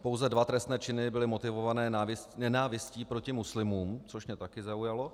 Pouze dva trestné činy byly motivovány nenávistí proti muslimům, což mě taky zaujalo.